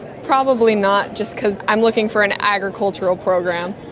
probably not, just because i'm looking for an agricultural program.